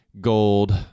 gold